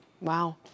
Wow